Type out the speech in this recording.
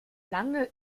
lange